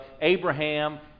Abraham